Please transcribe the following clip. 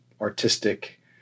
artistic